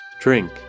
Drink